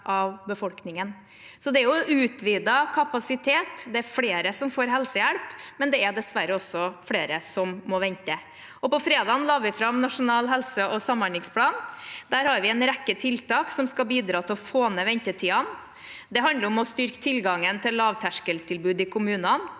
Det er altså utvidet kapasitet, det er flere som får helsehjelp, men det er dessverre også flere som må vente. På fredag la vi fram Nasjonal helse- og samhandlingsplan. Der har vi en rekke tiltak som skal bidra til å få ned ventetidene. Det handler om å styrke tilgangen til lavterskeltilbud i kommunene.